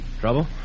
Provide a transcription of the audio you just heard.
Trouble